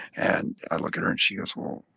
and i look at her and she goes well,